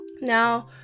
Now